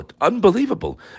unbelievable